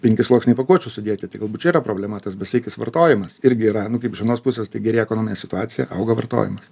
penki sluoksniai pakuočių sudėti tai galbūt čia yra problema tas besaikis vartojimas irgi yra nu kaip iš vienos pusės tai gerėja ekonominė situacija auga vartojimas